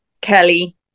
Kelly